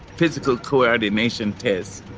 physical coordination tests,